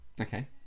Okay